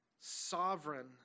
sovereign